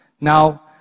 now